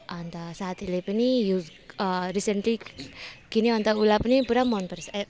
अन्त साथीले पनि युज रिसेन्टली किन्यो अनि उसलाई पनि पुरा मन परेछ ए